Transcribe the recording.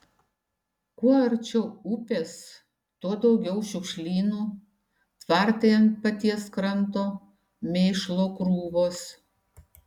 kuo arčiau upės tuo daugiau šiukšlynų tvartai ant paties kranto mėšlo krūvos